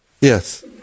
Yes